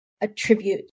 attribute